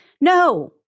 no